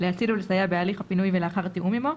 להציל ולסייע בהליך הפינוי ולאחר תיאום עימו,